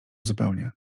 zupełnie